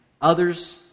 Others